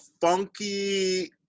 funky